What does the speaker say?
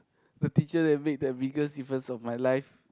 the teacher that make the biggest difference of my life